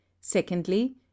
Secondly